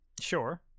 Sure